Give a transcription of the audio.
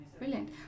Brilliant